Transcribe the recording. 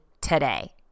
today